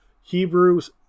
hebrews